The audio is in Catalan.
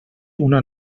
una